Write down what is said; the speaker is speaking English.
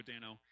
Dano